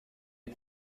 des